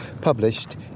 published